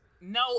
no